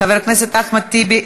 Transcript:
חבר הכנסת אחמד טיבי,